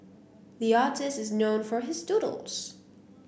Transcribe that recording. the artist is known for his doodles